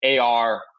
AR